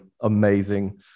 Amazing